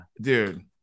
Dude